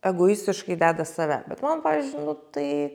egoistiškai deda save bet man pavyzdžiui nu tai